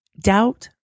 Doubt